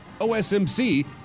OSMC